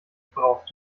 brauchst